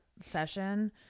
session